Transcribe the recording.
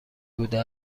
بوده